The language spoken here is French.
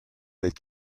est